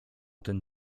ten